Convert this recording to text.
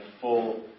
full